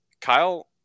Kyle